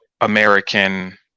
american